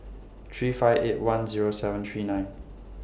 three five eight one Zero seven three nine